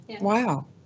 Wow